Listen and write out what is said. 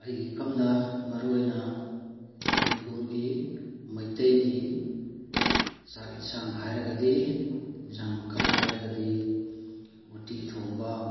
ꯑꯩꯒꯤ ꯏꯐꯝꯗ ꯃꯔꯨ ꯑꯣꯏꯅ ꯃꯅꯤꯄꯨꯔꯒꯤ ꯃꯩꯇꯩꯒꯤ ꯆꯥꯛ ꯌꯦꯟꯁꯥꯡ ꯍꯥꯏꯔꯒꯗꯤ ꯌꯦꯟꯁꯥꯡ ꯃꯈꯜ ꯍꯥꯏꯔꯒꯗꯤ ꯎꯇꯤ ꯊꯣꯡꯕ